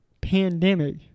pandemic